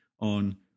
On